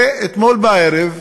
ואתמול בערב,